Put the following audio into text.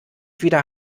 wieder